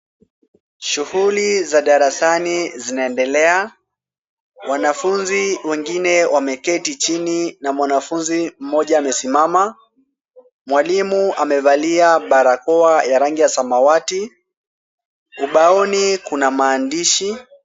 Shughuli za darasani zinaendelea. Wanafunzi wengine wameketi chini na mwanafunzi mmoja amesimama. Mwalimu amevalia barakoa ya rangi ya samawati. Ubaoni kuna maandishi.